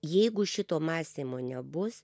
jeigu šito mąstymo nebus